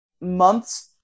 months